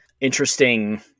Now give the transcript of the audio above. interesting